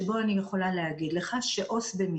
שבו אני יכולה לומר לך שעובדת סוציאלית